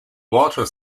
water